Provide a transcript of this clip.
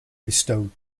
bestowed